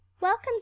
welcome